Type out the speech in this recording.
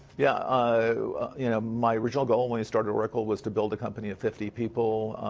yeah ah you know my original goal when we started oracle was to build a company of fifty people,